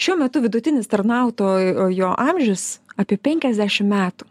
šiuo metu vidutinis tarnautojo amžius apie pebkiasdešim metų